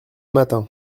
matin